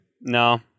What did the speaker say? No